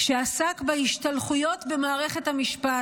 שעסק בהשתלחויות במערכת המשפט.